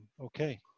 Okay